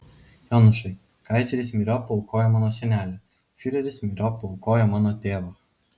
jonušai kaizeris myriop paaukojo mano senelį fiureris myriop paaukojo mano tėvą